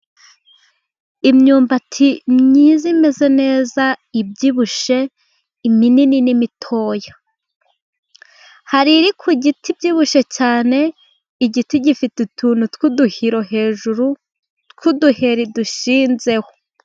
Imyumbati myiza imeze neza ibyibushye, iminini n'imitoya. Hari iri ku giti ibyibushye cyane, igiti gifite utuntu tw'uduhiro hejuru, tw'uduheri dushinzeho.